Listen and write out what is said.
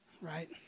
right